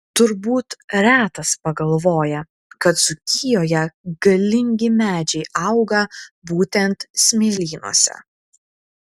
turbūt retas pagalvoja kad dzūkijoje galingi medžiai auga būtent smėlynuose